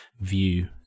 view